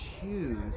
choose